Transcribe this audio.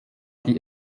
die